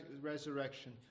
resurrection